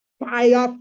fire